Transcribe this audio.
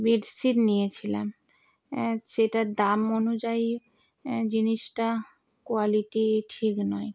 bed sheet নিয়েছিলাম সেটার দাম অনুযায়ী জিনিসটা কোয়ালিটি ঠিক নয়